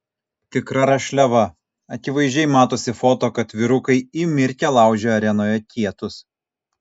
tikra rašliava akivaizdžiai matosi foto kad vyrukai įmirkę laužia arenoje kietus